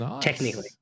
Technically